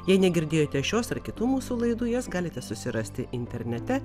jei negirdėjote šios ar kitų mūsų laidų jas galite susirasti internete